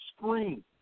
screen